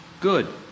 good